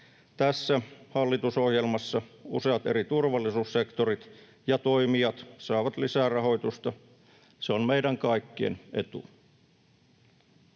Tässä hallitusohjelmassa useat eri turvallisuussektorit ja ‑toimijat saavat lisää rahoitusta, se on meidän kaikkien etu.